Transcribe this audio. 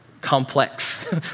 complex